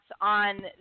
on